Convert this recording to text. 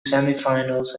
semifinals